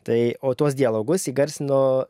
tai o tuos dialogus įgarsino